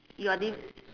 you are diff~